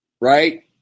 Right